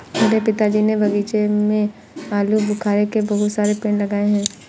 मेरे पिताजी ने बगीचे में आलूबुखारे के बहुत सारे पेड़ लगाए हैं